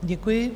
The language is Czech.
Děkuji.